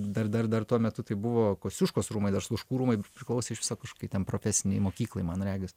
dar dar dar tuo metu tai buvo kosciuškos rūmai dar sluškų rūmai priklausė iš viso ten kokiai profesinei mokyklai man regis